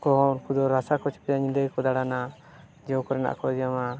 ᱠᱚᱦᱚᱸ ᱩᱱᱠᱩ ᱫᱚ ᱨᱟᱥᱟ ᱠᱚ ᱪᱮᱯᱮᱡᱟ ᱩᱱᱠᱩ ᱫᱚ ᱧᱤᱫᱟᱹ ᱜᱮᱠᱚ ᱫᱟᱬᱟᱱᱟ ᱡᱚ ᱠᱚᱨᱮᱱᱟᱜ ᱠᱚ ᱡᱚᱢᱟ